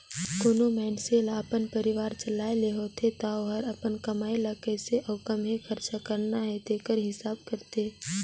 कोनो मइनसे ल अपन परिवार चलाए ले होथे ता ओहर अपन कमई ल कइसे अउ काम्हें खरचा करना हे तेकर हिसाब करथे